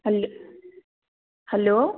hello